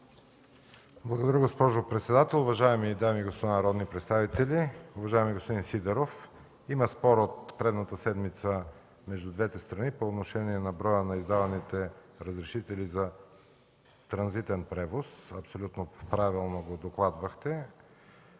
Благодаря, госпожо председател. Уважаеми дами и господа народни представители! Уважаеми господин Сидеров, има спор от предната седмица между двете страни по отношение на броя на издаваните разрешителни за транзитен превоз. Абсолютно правилно го докладвахте.